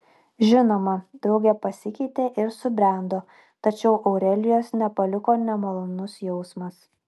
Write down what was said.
žinoma draugė pasikeitė ir subrendo tačiau aurelijos nepaliko nemalonus jausmas